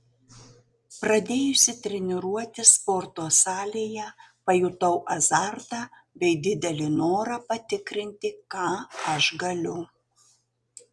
pradėjusi treniruotis sporto salėje pajutau azartą bei didelį norą patikrinti ką aš galiu